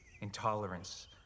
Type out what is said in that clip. intolerance